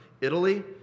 Italy